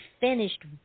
finished